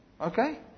Okay